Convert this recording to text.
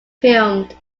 filmed